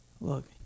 Look